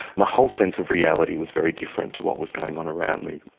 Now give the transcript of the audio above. my whole sense of reality was very different to what was going on around me.